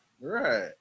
Right